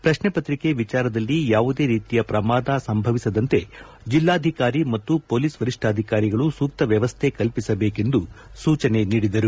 ಪ್ರಶ್ನೆಪತ್ರಿಕೆ ವಿಚಾರದಲ್ಲಿ ಯಾವುದೇ ರೀತಿಯ ಪ್ರಮಾದ ಸಂಭವಿಸದಂತೆ ಜೆಲ್ಲಾಧಿಕಾರಿ ಮತ್ತು ಮೊಲೀಸ್ ವರಿಷ್ಠಾಧಿಕಾರಿಗಳು ಸೂಕ್ತ ವ್ಯವಸ್ಥೆ ಕಲ್ಲಿಸಬೇಕೆಂದು ಸೂಚನೆ ನೀಡಿದರು